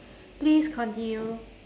please continue